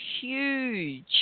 huge